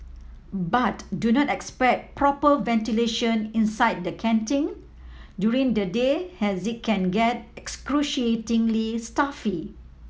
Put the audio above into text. but do not expect proper ventilation inside the canteen during the day as it can get excruciatingly stuffy